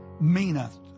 meaneth